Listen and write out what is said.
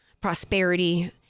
prosperity